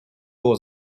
było